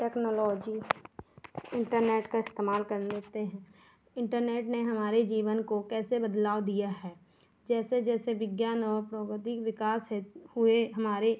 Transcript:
technology internet का इस्तेमाल कर लेते हैं इन्टरनेट ने हमारे जीवन को कैसे बदलाव दिया है जैसे जैसे विज्ञान और प्रौद्योगिक विकास हुए हमारे